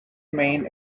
main